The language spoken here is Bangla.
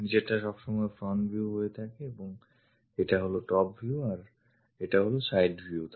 নিচেরটা সবসময় front view হয়ে থাকে এবং এটা হলো topview আর এটা হলো side view